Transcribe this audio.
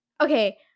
okay